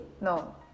no